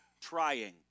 trying